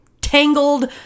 tangled